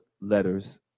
letters